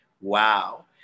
wow